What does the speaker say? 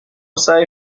سعی